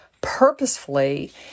purposefully